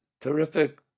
terrific